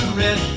red